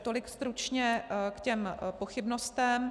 Tolik stručně k těm pochybnostem.